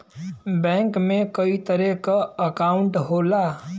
bank में कई तरे क अंकाउट होला